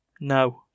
no